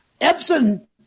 Epson